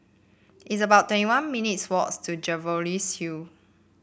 it's about twenty one minutes' walk to Jervois Hill